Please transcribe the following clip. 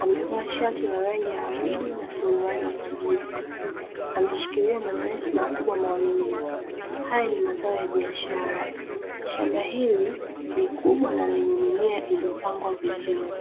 amevaa shati la rangi ya waridi na suruali ya kijivu, ameshikilia mananasi makubwa mawili, haya ni mazao ya biashara shamba hili ni kubwa na lenye mimea iliyopangwa vizuri.